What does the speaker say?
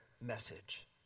message